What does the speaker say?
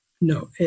no